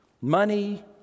money